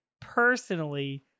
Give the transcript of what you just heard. personally